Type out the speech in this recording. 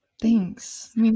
Thanks